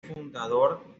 fundador